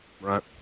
Right